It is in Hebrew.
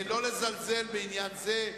לא לזלזל בעניין זה,